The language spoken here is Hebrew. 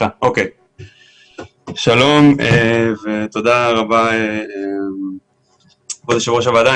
שלום ותודה רבה ליושבת-ראש הוועדה.